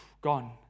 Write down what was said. gone